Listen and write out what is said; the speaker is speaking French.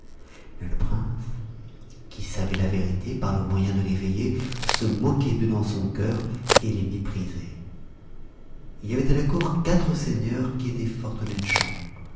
mais le prince qui savait la vérité par le moyen de l'eveillé se moquait d'eux dans son cœur et les méprisait il y avait à la cour quatre seigneurs qui étaient fort honnêtes gens